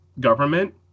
government